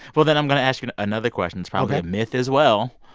well, then, i'm going to ask you another question. it's probably a myth, as well.